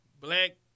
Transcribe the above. black